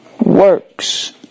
works